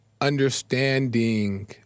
understanding